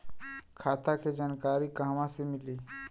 खाता के जानकारी कहवा से मिली?